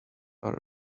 are